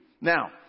Now